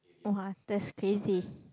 !wah! that's crazy